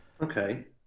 Okay